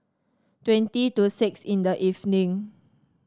twenty to six in the evening